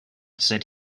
said